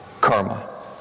karma